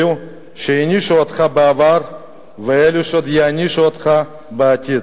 אלו שהענישו אותך בעבר ואלו שעוד יענישו אותך בעתיד.